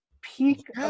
peak